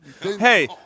hey